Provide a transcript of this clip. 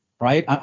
right